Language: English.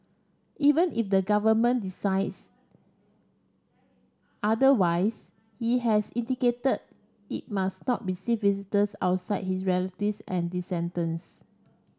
even if the government decides otherwise he has indicated it must not receive visitors outside his relatives and descendants